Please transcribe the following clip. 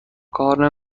کار